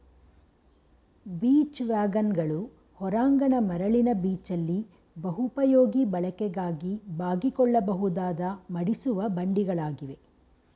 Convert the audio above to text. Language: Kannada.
ಬೀಚ್ ವ್ಯಾಗನ್ಗಳು ಹೊರಾಂಗಣ ಮರಳಿನ ಬೀಚಲ್ಲಿ ಬಹುಪಯೋಗಿ ಬಳಕೆಗಾಗಿ ಬಾಗಿಕೊಳ್ಳಬಹುದಾದ ಮಡಿಸುವ ಬಂಡಿಗಳಾಗಿವೆ